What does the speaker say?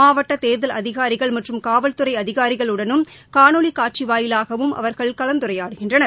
மாவட்ட தேர்தல் அதிகாரிகள் மற்றும் காவல்துறை அதிகாரிகளுடனும் காணொலி காட்சி வாயிலாகவும் அவர்கள் கலந்துரையாடுகின்றனர்